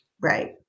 Right